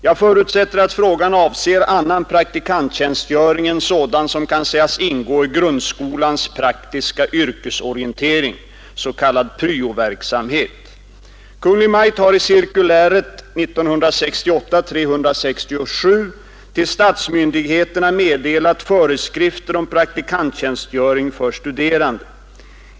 Jag förutsätter att frågan avser annan praktikanttjänstgöring än sådan som kan sägas ingå i grundskolans praktiska yrkesorientering . Kungl. Maj:t har i cirkulär till statsmyndigheterna meddelat föreskrifter om praktikanttjänstgöring för studerande.